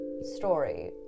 story